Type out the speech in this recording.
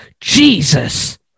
Jesus